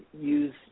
use –